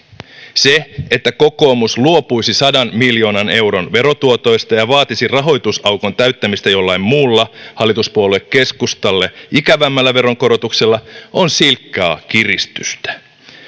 se että kokoomus luopuisi sadan miljoonan euron verotuotoista ja vaatisi rahoitusaukon täyttämistä jollain muulla hallituspuolue keskustalle ikävämmällä veronkorotuksella on silkkaa kiristystä